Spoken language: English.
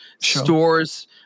Stores